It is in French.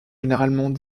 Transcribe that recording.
généralement